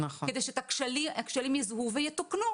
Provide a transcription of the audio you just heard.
כדי שהכשלים יזוהו ויתוקנו,